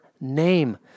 name